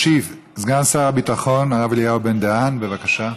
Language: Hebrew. ישיב סגן שר הביטחון הרב אליהו בן-דהן, בבקשה.